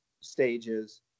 stages